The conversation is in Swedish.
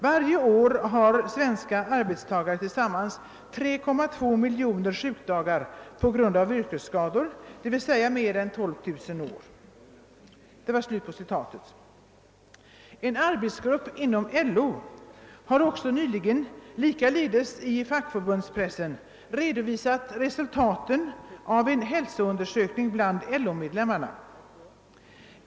Varje år har svenska arbetstagare tillsammans 3,2 milj. sjukdagar på grund av yrkesskador, d.v.s. mer än 12 000 år.» En arbetsgrupp inom LO har nyligen likaledes i fackförbundspressen redovisat resultaten av en hälsoundersökning bland LO-medlemmarna.